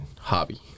hobby